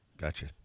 Gotcha